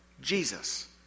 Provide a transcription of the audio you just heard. Jesus